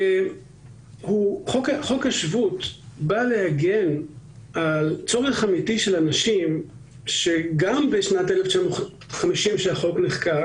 חוק השבות בא להגן על צורך אמיתי של אנשים שגם בזמן חקיקת החוק,